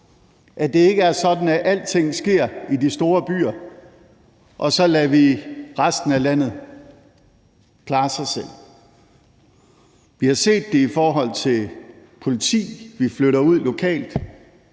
at det ikke er sådan, at alting sker i de store byer – og så lader vi resten af landet klare sig selv. Vi har set det i forhold til politi, vi flytter ud lokalt.